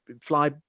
fly